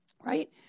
right